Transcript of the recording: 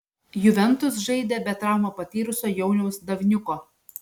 juventus žaidė be traumą patyrusio jauniaus davniuko